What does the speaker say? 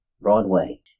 Broadway